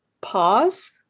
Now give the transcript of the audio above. pause